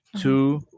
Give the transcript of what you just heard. two